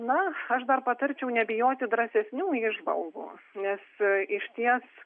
na aš dar patarčiau nebijoti drąsesnių įžvalgų nes išties